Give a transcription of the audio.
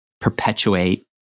perpetuate